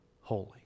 holy